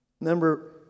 Number